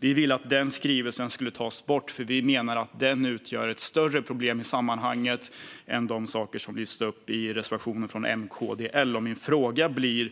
Vi vill att den skrivningen ska tas bort, för vi menar att den utgör ett större problem i sammanhanget än de saker som lyfts upp i reservationen från M, KD och L.